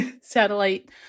satellite